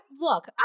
look